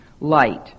light